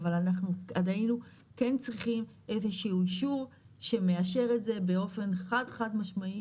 אבל היינו כן צריכים איזשהו אישור שמאשר את זה באופן חד משמעי